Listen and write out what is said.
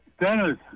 Dennis